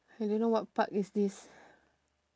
I don't know what park is this